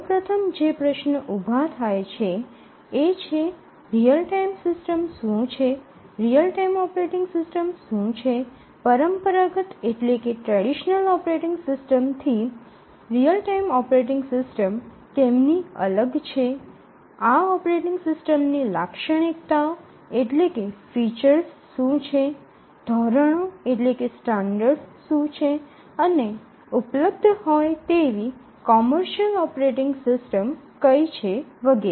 સૌ પ્રથમ જે પ્રશ્નો ઊભા થાય એ છે રીઅલ ટાઇમ સિસ્ટમ શું છે રીઅલ ટાઇમ ઓપરેટિંગ સિસ્ટમ શું છે પરંપરાગત ઓપરેટિંગ સિસ્ટમ થી રીઅલ ટાઇમ ઓપરેટિંગ સિસ્ટમ કેમ ની અલગ છે આ ઓપરેટિંગ સિસ્ટમની લાક્ષણિકતાઓ શું છે ધોરણો શું છે અને ઉપલબ્ધ હોય તેવી કોમર્શિયલ ઓપરેટિંગ સિસ્ટમ કઈ છે વગેરે